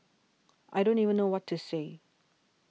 I don't even know what to say